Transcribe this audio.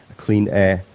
clean air,